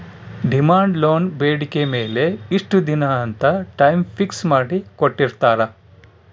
demand loan ಬೇಡಿಕೆ ಮೇಲೆ ಇಷ್ಟ ದಿನ ಅಂತ ಟೈಮ್ ಫಿಕ್ಸ್ ಮಾಡಿ ಕೋಟ್ಟಿರ್ತಾರಾ